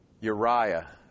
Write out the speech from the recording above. Uriah